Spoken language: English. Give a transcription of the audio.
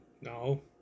No